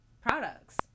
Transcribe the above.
products